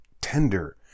tender